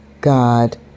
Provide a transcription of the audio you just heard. God